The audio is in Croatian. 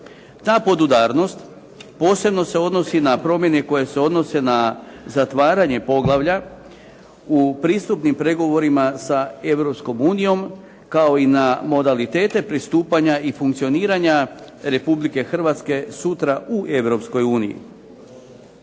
Ta podudarnost posebno se odnosi na promjene koje se odnose na zatvaranje poglavlja u pristupnim pregovorima sa Europskom unijom kao i na modalitete pristupanja i funkcioniranja Republike Hrvatske sutra u EU.